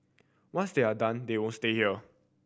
once they are done they won't stay here